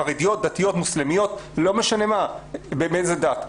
חרדיות, דתיות, מוסלמיות, לא משנה מאיזה דת.